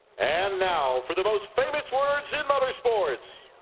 and now for the most famous words in but sports,